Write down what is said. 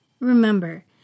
Remember